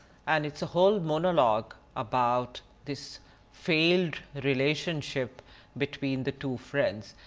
and it is a whole monologue about this failed relationship between the two friends,